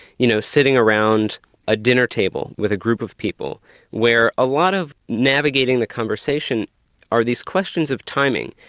you know, sitting around a dinner table with a group of people where a lot of navigating the conversation are these questions of timing.